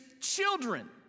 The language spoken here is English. children